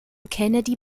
kennedy